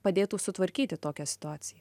padėtų sutvarkyti tokią situaciją